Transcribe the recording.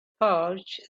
pouch